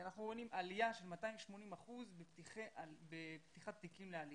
אנחנו רואים עלייה של 280 אחוזים בפתיחת תיקים לעלייה.